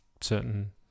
certain